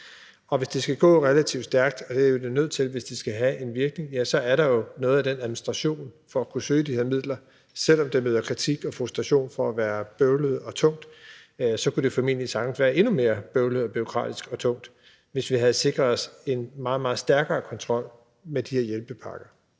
Og hvis det skal gå relativt stærkt – og det er det jo nødt til, hvis det skal have en virkning – så er der jo nogle ting i forhold til den administration for at kunne søge de her midler. Også selv om det møder kritik og frustration i forhold til at være bøvlet og tungt, så kunne det formentlig sagtens have været endnu mere bøvlet, bureaukratisk og tungt, hvis vi havde sikret os en meget, meget stærkere kontrol med de her hjælpepakker.